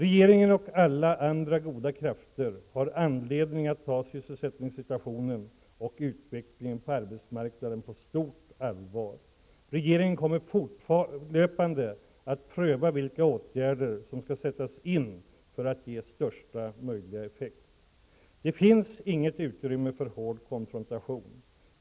Regeringen -- och alla andra goda krafter -- har anledning att ta sysselsättningssituationen och utvecklingen på arbetsmarknaden på stort allvar. Regeringen kommer fortlöpande att pröva vilka åtgärder som skall sättas in för att ge största möjliga effekt. Det finns inget utrymme för hård konfrontation.